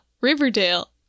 Riverdale